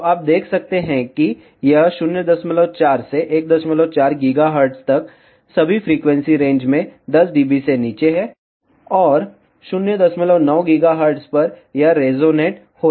तो आप देख सकते हैं कि यह 04 से 14 GHz तक सभी फ्रीक्वेंसी रेंज में 10 dB से नीचे है और 09 GHz पर यह रेजोनेट हो रहा है